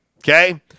okay